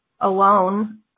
alone